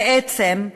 בעצם,